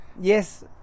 Yes